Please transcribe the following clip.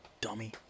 Dummy